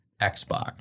Xbox